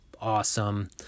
awesome